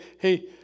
hey